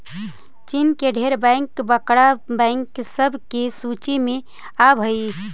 चीन के ढेर बैंक बड़का बैंक सब के सूची में आब हई